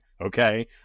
Okay